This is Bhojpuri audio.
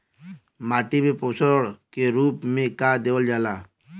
माटी में पोषण के रूप में का देवल जाला?